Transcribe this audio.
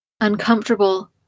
uncomfortable